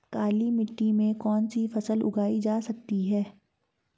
काली मिट्टी में कौनसी फसल उगाई जा सकती है?